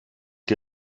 die